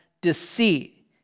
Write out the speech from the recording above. deceit